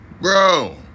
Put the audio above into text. Bro